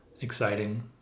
exciting